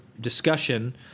discussion